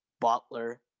Butler